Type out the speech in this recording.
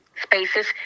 spaces